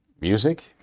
music